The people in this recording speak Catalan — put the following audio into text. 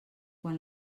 quan